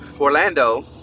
Orlando